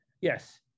yes